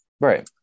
Right